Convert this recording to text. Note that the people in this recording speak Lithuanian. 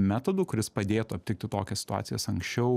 metodų kuris padėtų aptikti tokias situacijas anksčiau